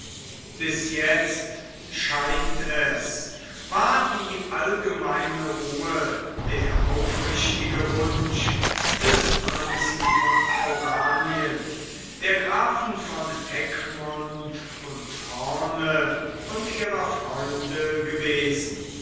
bis jetzt scheint es war die allgemeine ruhe der aufrichtige wunsch des prinzen von oranien der grafen von egmont und hoorn und ihrer freunde gewesen